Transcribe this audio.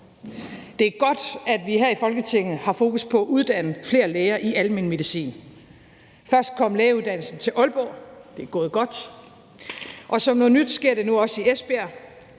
Det er godt, at vi her i Folketinget har fokus på at uddanne flere læger i almen medicin. Først kom lægeuddannelsen til Aalborg. Det er gået godt, og som noget nyt sker det nu også i Esbjerg,